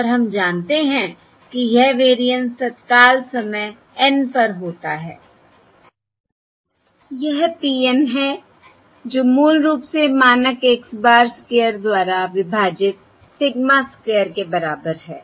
और हम जानते हैं कि यह वेरिएंस तत्काल समय N पर होता है यह P N है जो मूल रूप से मानक x bar स्क्वायर द्वारा विभाजित सिग्मा स्क्वायर के बराबर है